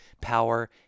power